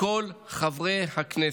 מכל חברי הכנסת.